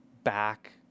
back